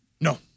No